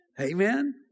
Amen